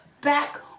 back